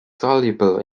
soluble